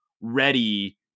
ready